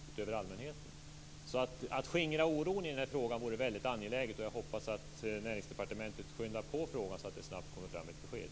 Det vore väldigt angeläget att skingra oron i den här frågan. Jag hoppas att Näringsdepartementet skyndar på frågan så att det snabbt kommer fram ett besked.